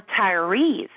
retirees